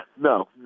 No